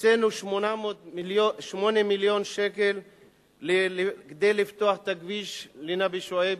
הקצינו 8 מיליון שקל כדי לפתוח את הכביש לנבי-שועייב,